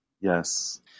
Yes